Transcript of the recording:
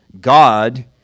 God